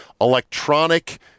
electronic